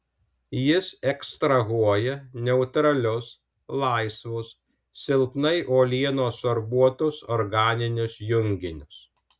jis ekstrahuoja neutralius laisvus silpnai uolienos sorbuotus organinius junginius